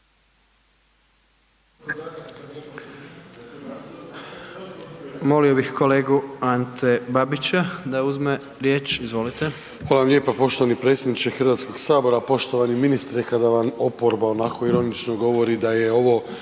Molio bih kolegu Ante Babića da uzme riječ. Izvolite. **Babić, Ante (HDZ)** Hvala vam lijepo poštovani predsjedniče Hrvatskog sabora. Poštovani ministri kada vam oporba onako ironično govori da je ovo